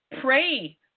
Pray